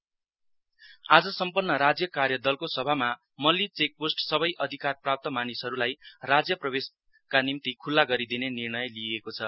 टाक्स फोर्स आज सम्पन्न राज्य कार्य दलको सभामा मल्ली चेक पोस्ट सबै अधिकार प्राप्त मानिसहरूलाई राज्य प्रवेशका निम्ति खुल्ला गरिदिने निर्णय लिइएको छ